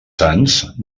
sants